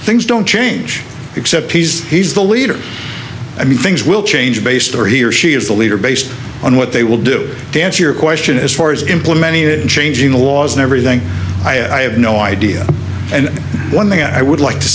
things don't change except he's he's the leader i mean things will change based or he or she is a leader based on what they will do dance your question as far as implemented changing the laws and everything i have no idea and one thing i would like to